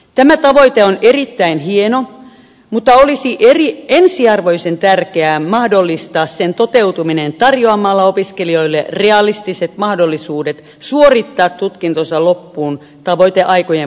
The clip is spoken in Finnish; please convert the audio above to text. tämä tavoite on erittäin hieno mutta olisi ensiarvoisen tärkeää mahdollistaa sen toteutuminen tarjoamalla opiskelijoille realistiset mahdollisuudet suorittaa tutkintonsa loppuun tavoiteaikojen puitteissa